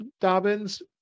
Dobbins